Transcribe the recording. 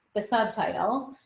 the subtitle,